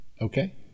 Okay